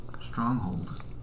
stronghold